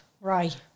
Right